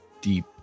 deep